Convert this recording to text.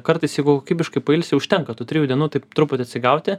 kartais jeigu kokybiškai pailsi užtenka tų trijų dienų taip truputį atsigauti